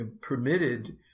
permitted